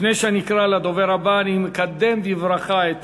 לפני שאני אקרא לדובר הבא, אני מקדם בברכה את